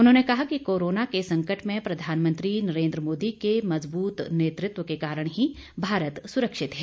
उन्होंने कहा कि कोरोना के संकट में प्रधानमंत्री नरेन्द्र मोदी के मजबूत नेतृत्व के कारण ही भारत सुरक्षित है